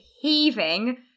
heaving